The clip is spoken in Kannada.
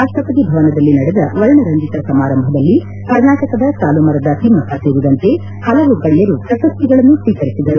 ರಾಷ್ಟಪತಿ ಭವನದಲ್ಲಿ ನಡೆದ ವರ್ಣರಂಜಿತ ಸಮಾರಂಭದಲ್ಲಿ ಕರ್ನಾಟಕದ ಸಾಲುಮರದ ತಿಮಕ್ಷ ಸೇರಿದಂತೆ ಹಲವು ಗಣ್ಣರು ಪ್ರಶಸ್ತಿಗಳನ್ನು ಸ್ವೀಕರಿಸಿದರು